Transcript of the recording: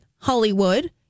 Hollywood